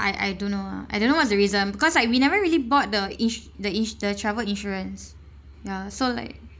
I I don't know ah I don't know what's the reason because like we never really bought the ins~ the ins~ the travel insurance ya so like